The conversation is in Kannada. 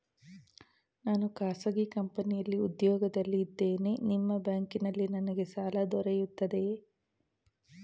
ನಾನು ಖಾಸಗಿ ಕಂಪನಿಯಲ್ಲಿ ಉದ್ಯೋಗದಲ್ಲಿ ಇದ್ದೇನೆ ನಿಮ್ಮ ಬ್ಯಾಂಕಿನಲ್ಲಿ ನನಗೆ ಸಾಲ ದೊರೆಯುತ್ತದೆಯೇ?